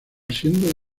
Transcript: siendo